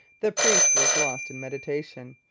the priest was lost in meditation.